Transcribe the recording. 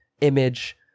image